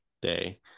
Day